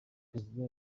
perezida